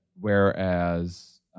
Whereas